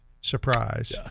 surprise